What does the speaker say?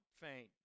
faint